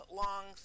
long